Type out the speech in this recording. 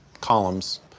columns